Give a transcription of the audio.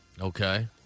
Okay